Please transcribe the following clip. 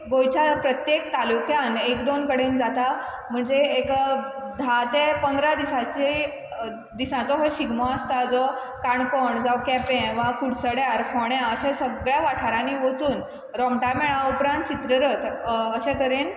गोंयच्या प्रत्येक तालुक्यान एक दोन कडेन जाता म्हणजे एक धा ते पंदरा दिसांची दिसांचो हो शिगमो आसता जो काणकोण जावं केपें वा कुडचड्यार फोंड्यां अशें सगळ्या वाठारांनी वचून रोमटामेळा उपरांत चित्ररथ अशें तरेन